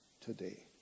today